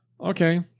okay